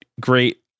great